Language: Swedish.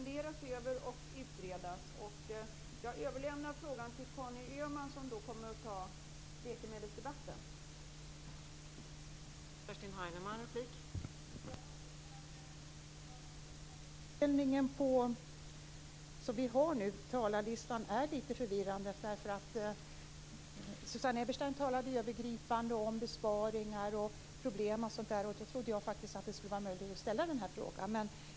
Den uppdelning som vi nu har på talarlistan är lite förvirrande. Susanne Eberstein talade övergripande om besparingar och problem m.m., och jag trodde därför att det skulle vara möjligt att ställa den här frågan.